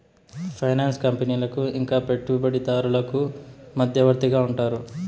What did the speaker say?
finance కంపెనీలకు ఇంకా పెట్టుబడిదారులకు మధ్యవర్తిగా ఉంటారు